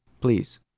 please